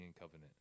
Covenant